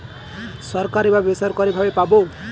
সরকারি বা বেসরকারি ভাবে পাবো